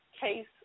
case